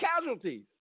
casualties